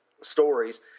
stories